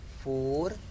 four